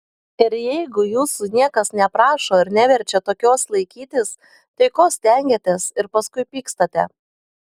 ir jeigu jūsų niekas neprašo ir neverčia tokios laikytis tai ko stengiatės ir paskui pykstate